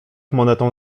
monetą